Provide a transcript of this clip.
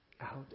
out